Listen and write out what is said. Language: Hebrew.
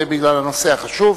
בגלל הנושא החשוב,